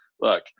look